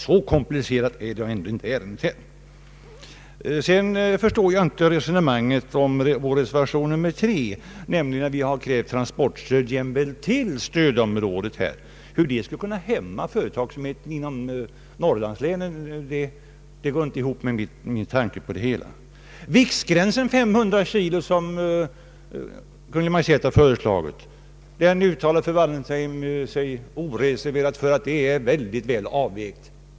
Så komplicerade är väl ändå inte ärendena! Sedan förstår jag inte resonemanget om reservationen 3, där vi begär transportstöd jämväl till stödområdet. Att ett sådant stöd skulle kunna hämma företagsamheten inom Norrlandslänen går inte ihop med mitt sätt att se på frågan. Fru Wallentheim uttalar sig oreserverat för att den av Kungl. Maj:t föreslagna viktgränsen 500 kilo är mycket väl avvägd.